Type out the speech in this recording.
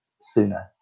sooner